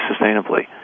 sustainably